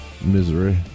misery